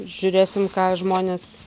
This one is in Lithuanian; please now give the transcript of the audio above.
žiūrėsim ką žmonės